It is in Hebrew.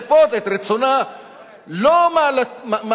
אלא לכפות את רצונה לא על מה